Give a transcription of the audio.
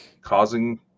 causing